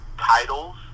titles